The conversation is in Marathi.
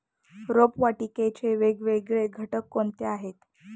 रोपवाटिकेचे वेगवेगळे घटक कोणते आहेत?